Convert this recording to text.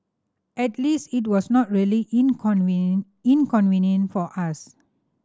at least it was not really inconvenient for us